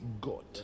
God